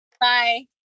Bye